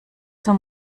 zur